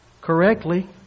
correctly